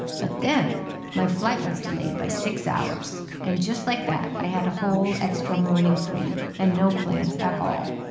but then my flight was delayed by six hours. and just like that, i had a whole extra morning free and no plans at all